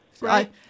Right